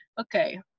okay